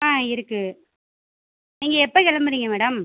ஆ இருக்குது நீங்கள் எப்போ கிளம்புறீங்க மேடம்